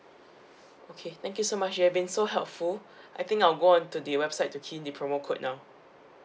okay thank you so much you have been so helpful I think I'll go on to the website to key in the promo code now